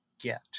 get